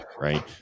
right